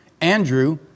Andrew